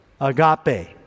Agape